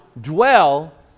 dwell